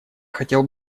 хотел